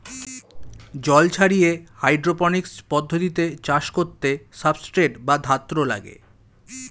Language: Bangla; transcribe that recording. জল ছাড়িয়ে হাইড্রোপনিক্স পদ্ধতিতে চাষ করতে সাবস্ট্রেট বা ধাত্র লাগে